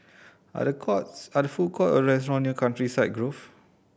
are there courts are there food courts or restaurants near Countryside Grove